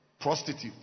prostitutes